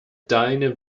deine